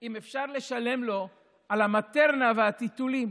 אם אפשר לשלם לו על המטרנה והטיטולים